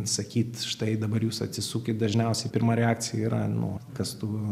sakyt štai dabar jūs atsisukit dažniausiai pirma reakcija yra nu kas tu